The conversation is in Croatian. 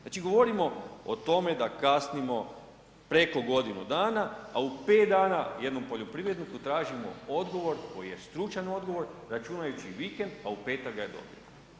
Znači govorimo o tome da kasnimo preko godinu dana a u pet dana jednom poljoprivredniku tražimo odgovor koji je stručan odgovor računajući vikend a u petak ga je dobio.